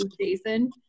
Jason